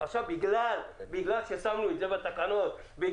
רציתי לומר משהו על הנושא באופן כללי ויכול להיות שזה לא התיקון כרגע